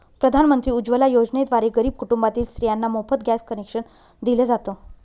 प्रधानमंत्री उज्वला योजनेद्वारे गरीब कुटुंबातील स्त्रियांना मोफत गॅस कनेक्शन दिल जात